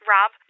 Rob